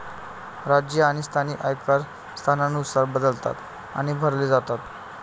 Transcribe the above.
राज्य आणि स्थानिक आयकर स्थानानुसार बदलतात आणि भरले जातात